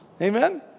Amen